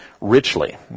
richly